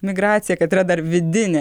migraciją kad yra dar vidinė